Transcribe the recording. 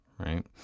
right